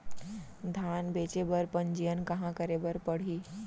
धान बेचे बर पंजीयन कहाँ करे बर पड़ही?